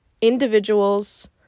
individuals